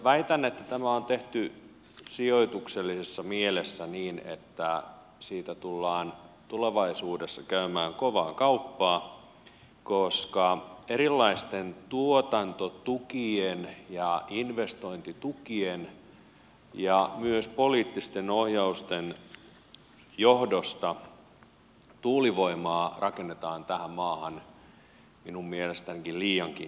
väitän että tämä on tehty sijoituksellisessa mielessä niin että siitä tullaan tulevaisuudessa käymään kovaa kauppaa koska erilaisten tuotantotukien ja investointitukien ja myös poliittisten ohjausten johdosta tuulivoimaa rakennetaan tähän maahan minun mielestäni liiankin innokkaasti